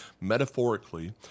metaphorically